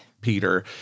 Peter